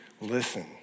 listen